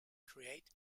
create